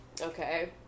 Okay